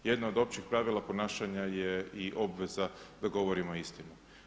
Jedno od općih pravila ponašanja je i obveza da govorimo istinu.